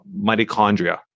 mitochondria